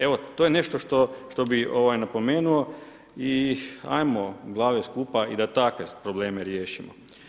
Evo to je nešto što bi napomenuo i hajmo glave skupa i da takve probleme riješimo.